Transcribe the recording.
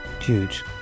Huge